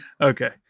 okay